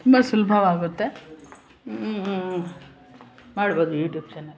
ತುಂಬ ಸುಲಭವಾಗುತ್ತೆ ಮಾಡ್ಬೋದು ಯೂಟ್ಯೂಬ್ ಚಾನೆಲ್